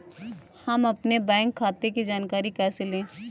हम अपने बैंक खाते की जानकारी कैसे लें?